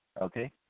okay